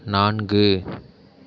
நான்கு